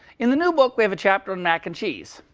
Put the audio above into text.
in the new book, we have a chapter on mac and cheese.